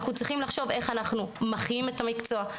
אנחנו צריכים לחשוב איך אנחנו מחיים את המקצוע,